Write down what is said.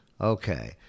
Okay